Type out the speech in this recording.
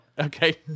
Okay